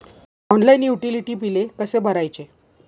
Online utility बिले कसे भरायचे?